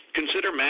consider